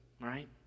right